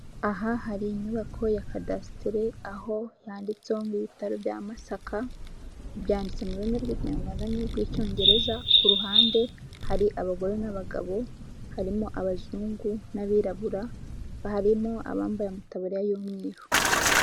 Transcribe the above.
Aha hari inyubako ya cadasiteri aho yanditseho ngo ibitaro bya masaka byanditse mu rurimi rw'ikinyarwanda n'urw'icyongereza, ku ruhande hari abagore n'abagabo harimo abazungu n'abirabura harimo abambaye amataba y'umweru.